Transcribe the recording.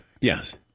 Yes